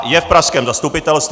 Je v pražském zastupitelstvu.